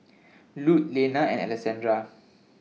Lute Lenna and Alessandra